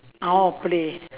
oh play